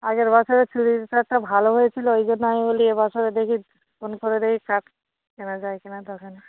আগের বছরে চুড়িদারটা ভালো হয়েছিলো ওই জন্য আমি বলি বছরে দেখি ফোন করে দেখি কাট কেনা যায় কেনা যে কিনা দোকানে